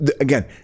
again